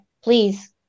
please